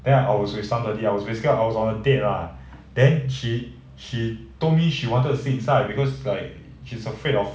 then I was with somebody I was basically I was on a date lah then she she told me she wanted to sit inside because like she is afraid of